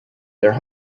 their